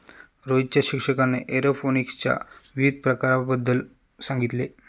रोहितच्या शिक्षकाने एरोपोनिक्सच्या विविध प्रकारांबद्दल सांगितले